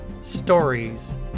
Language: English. stories